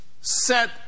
set